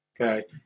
Okay